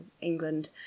England